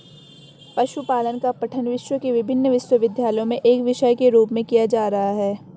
पशुपालन का पठन विश्व के विभिन्न विश्वविद्यालयों में एक विषय के रूप में किया जा रहा है